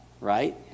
right